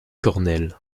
cornell